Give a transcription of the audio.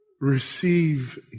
Receive